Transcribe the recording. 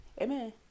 Amen